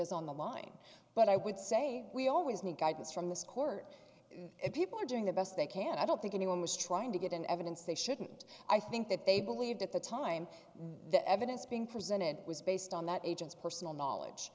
is on the line but i would say we always need guidance from this court if people are doing the best they can i don't think anyone was trying to get in evidence they shouldn't i think that they believed at the time the evidence being presented was based on that agent's personal knowledge